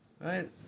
Right